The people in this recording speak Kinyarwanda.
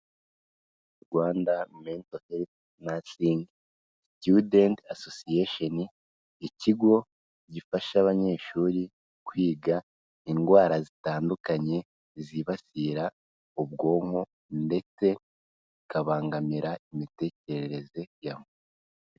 Rwanda mento herufu nasingi situdenti asosiyesheni, ikigo gifasha abanyeshuri kwiga indwara zitandukanye zibasira ubwonko ndetse bikabangamira imitekerereze yabo.